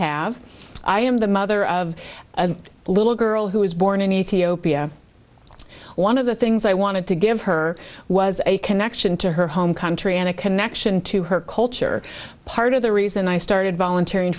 have i am the mother of a little girl who was born in ethiopia one of the things i wanted to give her was a connection to her home country and a connection to her culture part of the reason i started volunteering